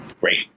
great